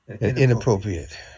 inappropriate